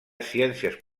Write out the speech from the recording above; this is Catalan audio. ciències